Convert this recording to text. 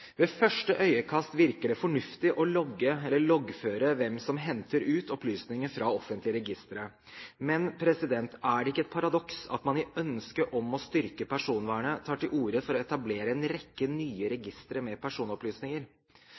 Ved første øyekast virker det fornuftig å logge eller loggføre hvem som henter ut opplysninger fra offentlige registre. Men er det ikke et paradoks at man i ønsket om å styrke personvernet tar til orde for å etablere en rekke nye registre med personopplysninger?